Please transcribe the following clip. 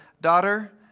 daughter